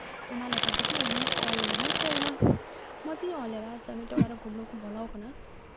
ᱚᱱᱟ ᱞᱮᱠᱟ ᱛᱮᱜᱮ ᱤᱧᱫᱩᱧ ᱚᱞ ᱞᱮᱫᱟ ᱛᱚ ᱢᱚᱡᱽ ᱜᱤᱧ ᱚᱞ ᱞᱮᱫᱟ ᱢᱤᱫᱴᱮᱡ ᱚᱲᱟᱜ ᱨᱮ ᱠᱳᱸᱢᱲᱩ ᱠᱚ ᱵᱚᱞᱚᱣ ᱠᱟᱱᱟ